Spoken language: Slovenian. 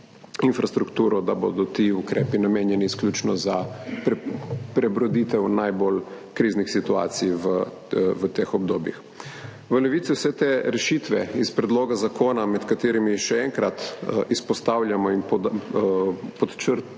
da bodo ti ukrepi namenjeni izključno za prebroditev najbolj kriznih situacij v teh obdobjih. V Levici vse te rešitve iz predloga zakona, med katerimi še enkrat izpostavljamo in podčrtujemo